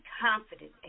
confident